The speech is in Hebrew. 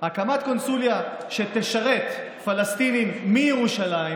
הקמת קונסוליה שתשרת פלסטינים מירושלים